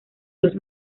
dos